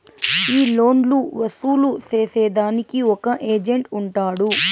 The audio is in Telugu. ఈ లోన్లు వసూలు సేసేదానికి ఒక ఏజెంట్ ఉంటాడు